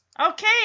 Okay